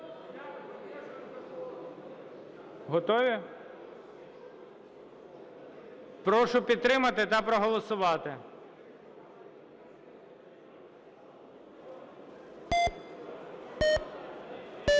Готові? Прошу підтримати та проголосувати.